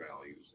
values